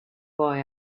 boy